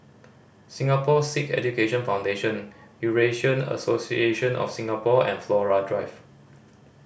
Singapore Sikh Education Foundation Eurasian Association of Singapore and Flora Drive